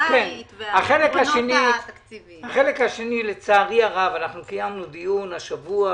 החלק השני לצערי הרב קיימנו דיון השבוע,